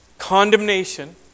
Condemnation